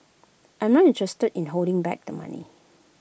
I'm not interested in holding back the money